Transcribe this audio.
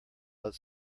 but